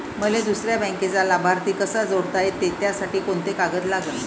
मले दुसऱ्या बँकेचा लाभार्थी कसा जोडता येते, त्यासाठी कोंते कागद लागन?